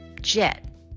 Jet